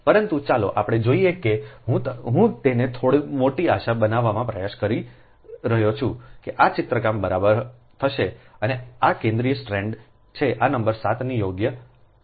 પરંતુ ચાલો આપણે જોઈએ કે હું તેને થોડી મોટી આશા બનાવવાનો પ્રયાસ કરી રહ્યો છું કે ચિત્રકામ બરાબર થશે આ આ કેન્દ્રીય સ્ટ્રાન્ડ છે આ નંબર 7 ને યોગ્ય આપ્યો છે